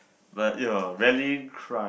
but ya rarely cry